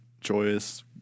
joyous